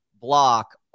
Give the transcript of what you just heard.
block